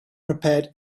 prepared